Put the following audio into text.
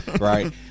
Right